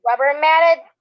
rubber-matted